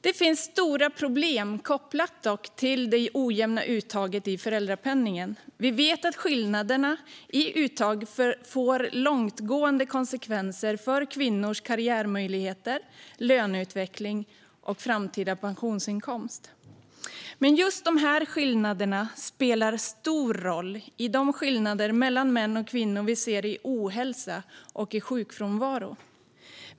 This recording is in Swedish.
Det finns dock stora problem kopplade till det ojämna uttaget i föräldrapenningen. Vi vet att skillnaderna i uttag får långtgående konsekvenser för kvinnors karriärmöjligheter, löneutveckling och framtida pensionsinkomst. Just de här skillnaderna spelar också stor roll i de skillnader mellan män och kvinnor vi ser i ohälsa och i sjukfrånvaro.